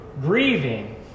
grieving